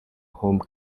home